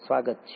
સ્વાગત છે